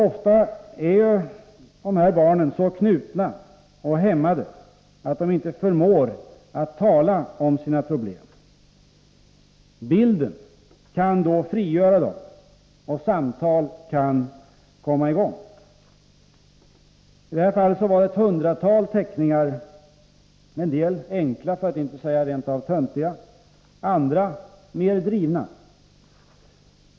Ofta är dessa barn så knutna och hämmade att de inte förmår att tala om sina problem. Bilden kan då frigöra dem, och samtal kan komma i gång. I detta fall var det ett hundratal teckningar, en del enkla för att inte säga rent av töntiga, andra mer drivna.